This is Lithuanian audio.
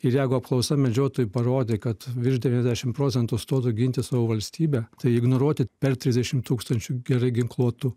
ir jeigu apklausa medžiotojai parodė kad virš devyniasdešim procentų stotų ginti savo valstybę tai ignoruoti per trisdešim tūkstančių gerai ginkluotų